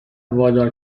وادار